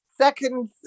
second